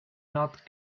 not